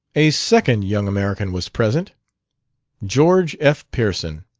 a second young american was present george f. pearson.